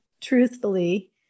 truthfully